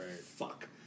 fuck